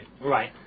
Right